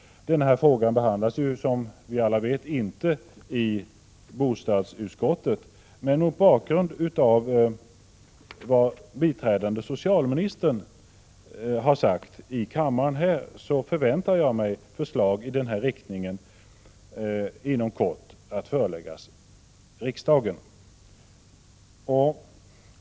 Denna fråga behandlas ju, som vi alla vet, inte i bostadsutskottet. Men mot bakgrund av vad biträdande socialministern har sagt i kammaren förväntar jag mig att förslag i denna riktning inom kort kommer att föreläggas riksdagen.